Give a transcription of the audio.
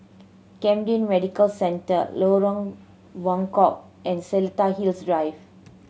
Cmden Medical Centre Lorong Buangkok and Seletar Hills Drive